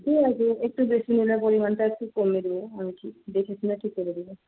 ঠিক আছে একটু বেশি নিলে পরিমাণটা একটু কমিয়ে দেব আর কি দেখে শুনে ঠিক করে দেব